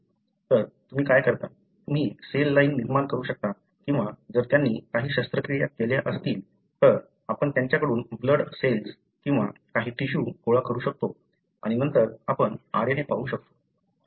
तर तुम्ही काय करता तुम्ही सेल लाइन निर्माण करू शकता किंवा जर त्यांनी काही शस्त्रक्रिया केल्या असतील तर आपण त्यांच्याकडून ब्लड सेल्स किंवा काही टिश्यू गोळा करू शकतो आणि नंतर आपण RNA पाहू शकतो